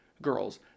Girls